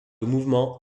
mouvement